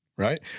right